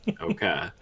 Okay